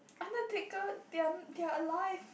undertaker they're they are alive